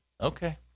Okay